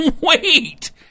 Wait